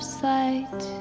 sight